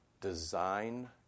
Design